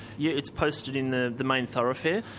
yes it's posted in the the main thoroughfare.